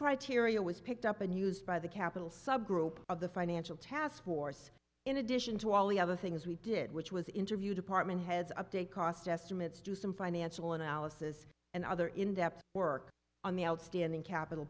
criteria was picked up and used by the capital subgroup of the financial task force in addition to all the other things we did which was interview department heads up to cost estimates to some financial analysis and other in depth work on the outstanding capital